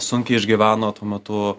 sunkiai išgyveno tuo metu